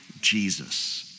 Jesus